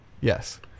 Yes